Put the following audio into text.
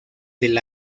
del